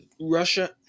Russia